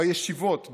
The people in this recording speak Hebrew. בישיבות,